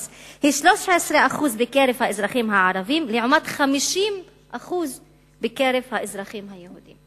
היא 13% בקרב האזרחים הערבים לעומת 50% בקרב האזרחים היהודים.